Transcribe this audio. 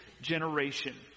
generation